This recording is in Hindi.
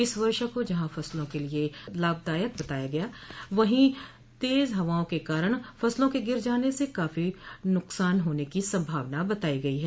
इस वर्षा को जहां फसलों के लिये लाभदायक बताया जा रहा है वहीं तेज हवाओं के कारण फसलों के गिर जाने से काफी नुकसान की संभावना बताई गई है